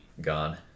gone